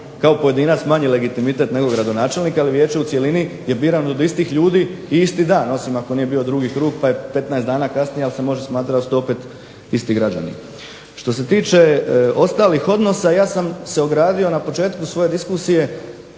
kao pojedinac manji legitimitet nego gradonačelnik. Ali vijeće u cjelini je birano od istih ljudi i isti dan, osim ako nije bilo drugih grupa 15 dana kasnije. Ali se može smatrati da su to opet isti građani. Što se tiče ostalih odnosa ja sam se ogradio na početku svoje diskusije